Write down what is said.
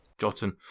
Jotun